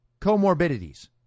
comorbidities